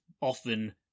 often